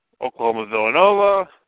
Oklahoma-Villanova